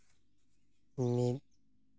ᱢᱤᱫ